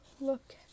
look